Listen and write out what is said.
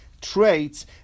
traits